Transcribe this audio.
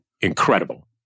incredible